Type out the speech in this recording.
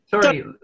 Sorry